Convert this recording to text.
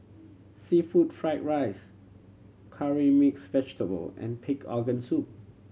seafood fried rice Curry Mixed Vegetable and pig organ soup